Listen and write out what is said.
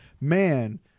man